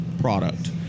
product